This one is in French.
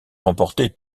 remporté